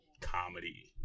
comedy